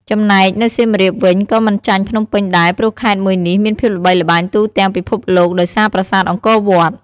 ចំណែកនៅសៀមរាបវិញក៏មិនចាញ់ភ្នំពេញដែរព្រោះខេត្តមួយនេះមានភាពល្បីល្បាញទូទាំងពិភពលោកដោយសារប្រាសាទអង្គរវត្ត ។